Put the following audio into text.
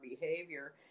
behavior